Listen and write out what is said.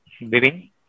living